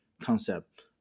concept